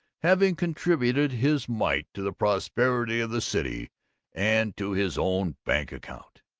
having contributed his mite to the prosperity of the city and to his own bank-account.